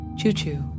Choo-choo